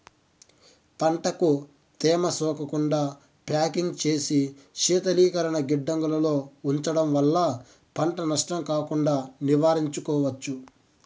పంటకు తేమ సోకకుండా ప్యాకింగ్ చేసి శీతలీకరణ గిడ్డంగులలో ఉంచడం వల్ల పంట నష్టం కాకుండా నివారించుకోవచ్చు